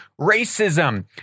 racism